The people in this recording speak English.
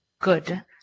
good